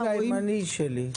גם הבלוק הימני שלי.